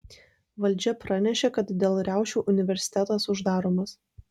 valdžia pranešė kad dėl riaušių universitetas uždaromas